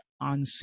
on